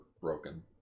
broken